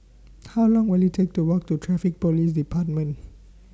How Long Will IT Take to Walk to Traffic Police department